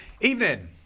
Evening